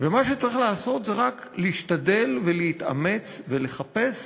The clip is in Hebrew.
ומה שצריך לעשות זה רק להשתדל ולהתאמץ ולחפש,